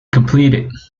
completed